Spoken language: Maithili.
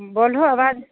बोलहो आवाज